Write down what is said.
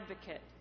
advocate